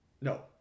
no